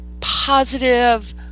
positive